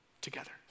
together